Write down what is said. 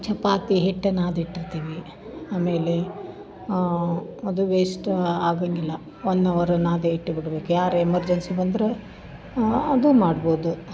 ಚಪಾತಿ ಹಿಟ್ಟನ್ನು ಅದಿಟ್ಟಿರ್ತೀವಿ ಆಮೇಲೆ ಅದು ವೇಸ್ಟ್ ಆಗಂಗಿಲ್ಲ ಒನ್ ಅವರ್ ನಾದೆ ಇಟ್ಬಿಡ್ಬೇಕು ಯಾರು ಎಮರ್ಜೆನ್ಸಿ ಬಂದರು ಅದು ಮಾಡ್ಬೋದು